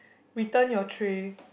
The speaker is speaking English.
return your tray